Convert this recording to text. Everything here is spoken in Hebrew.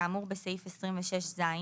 כאמור בסעיף 26ז,